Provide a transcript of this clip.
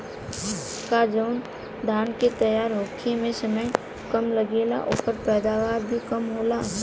का जवन धान के तैयार होखे में समय कम लागेला ओकर पैदवार भी कम होला?